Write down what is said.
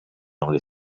only